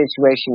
situation